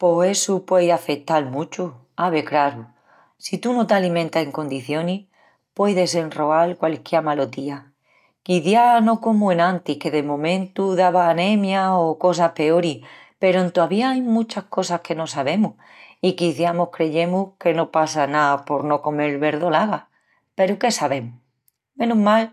Pos essu puei afetal muchu, ave craru! Si tú no t'alimentas en condicionis pueis desenroal qualisquiá malotía. Quiciás no comu enantis que de momentu davas anemia o casa peoris peru entovía ain muchas cosas que no sabemus i quiciás mos creyemus que no passa ná por no comel verdolaga peru qué sabemus? Menus mal